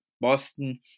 Boston